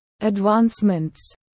advancements